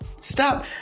stop